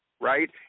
Right